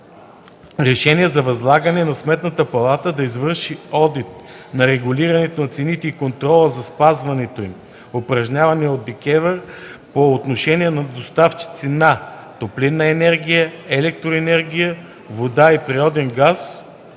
РЕШЕНИЕ за възлагане на Сметната палата да извърши одит на регулирането на цените и контрола за спазването им, упражняван от ДКЕВР по отношение на доставчиците на топлинна енергия, електроенергия, вода и природен газ